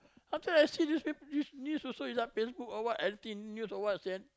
after I see newspaper news news also on Facebook or what everything news or what s~